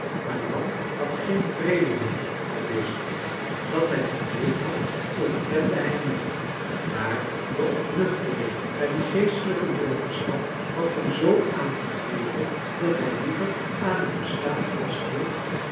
maar jan had geen vrede meer met dezen titel dat hij gedweept had ontkende hij niet maar de ontnuchtering na die geestelijke dronkenschap had hem zoo aangegrepen dat hij liever aan het bestaan vasthield